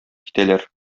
китәләр